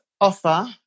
offer